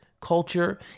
culture